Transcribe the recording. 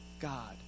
God